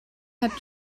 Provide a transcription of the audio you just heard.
had